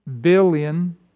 billion